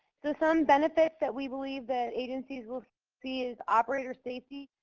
so some benefits that we believe that agencies will see is operator safety.